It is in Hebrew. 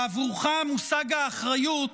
בעבורך מושג האחריות